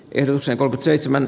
erosen kolme seitsemän